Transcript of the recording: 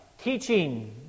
teaching